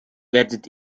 werdet